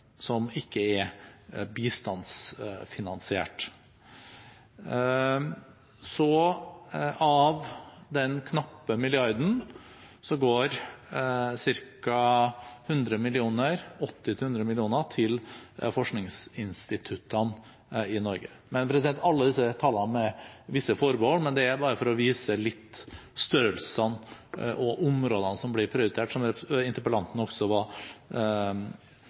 som ikke er bistandsfinansiert. Av den knappe milliarden går ca. 100 mill. kr – 80–100 mill. kr – til forskningsinstituttene i Norge. Men alle disse tallene er med visse forbehold, det er bare for å vise litt størrelsene og områdene som blir prioritert, som interpellanten også var